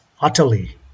utterly